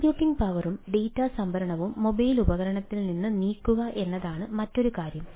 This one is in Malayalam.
കമ്പ്യൂട്ടിംഗ് പവറും ഡാറ്റ സംഭരണവും മൊബൈൽ ഉപകരണത്തിൽ നിന്ന് നീക്കുക എന്നതാണ് മറ്റൊരു കാര്യം